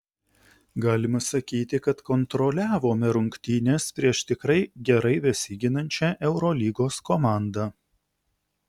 galima sakyti kad kontroliavome rungtynes prieš tikrai gerai besiginančią eurolygos komandą